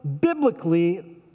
biblically